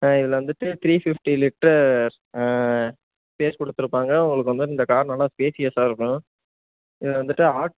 இதில் வந்துட்டு three fifty litre space கொடுத்துருப்பாங்க உங்களுக்கு வந்துட்டு இந்த கார் நல்லா ஸ்பேஸியஸாக இருக்கும் இதில் வந்துட்டு ஆட்